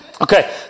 okay